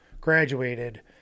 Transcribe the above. graduated